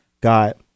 got